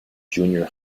junior